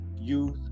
youth